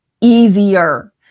easier